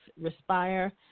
Respire